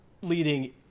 leading